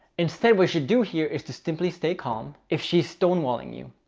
instead we should do here is to simply stay calm. if she's stonewalling you,